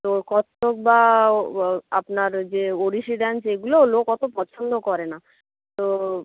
তো কত্থক বা আপনার যে ওড়িশি ডান্স এগুলো লোক অতো পছন্দ করে না তো